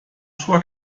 sua